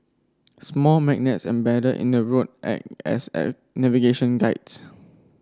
small magnets embedded in the road act as a navigation guides